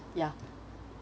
ya